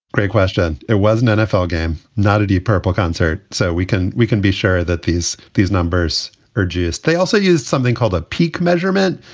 great question. it wasn't nfl game, not a deep purple concert. so we can we can be sure that these these numbers are geus. they also used something called a peak measurement.